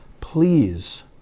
Please